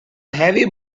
heavy